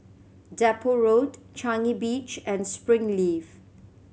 Depot Road Changi Beach and Springleaf